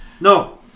No